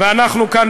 ואנחנו כאן